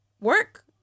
work